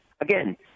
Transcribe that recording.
Again